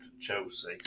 Chelsea